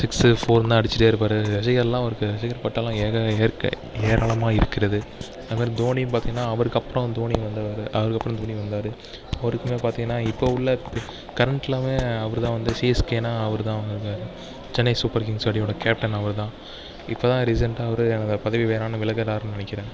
six ஃபோர்னு அடிச்சிகிட்டே இருப்பார் ரசிகர்களாம் அவருக்கு ரசிகர் பட்டாளம் அவருக்கு ஏராளமாக இருக்கிறது அதேமாரி தோனின்னு பார்த்திங்கனா அவருக்கப்பறம் தோனி வந்தவர் அவருக்கப்பறம் தோனி வந்தார் அவருக்கும் பார்த்திங்கனா இப்போ உள்ள கரண்ட்னாவே அவருதான் வந்து சிஎஸ்கேனா அவருதான் சென்னை சூப்பர் கிங்ஸ் கேப்டன் அவரு தான் இப்போ தான் ரீசெண்ட்டாக அவரு எனது பதவி வேணாம்னு விலகுறான்னு நெனைக்கிறன்